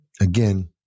again